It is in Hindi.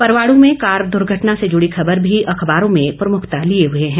परवाणु में कार दुर्घटना से जुड़ी खबर भी अखबारों में प्रमुखता लिये हुए है